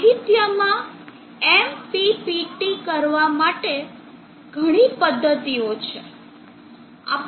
સાહિત્ય માં MPPT કરવા માટે ઘણી પદ્ધતિઓ છે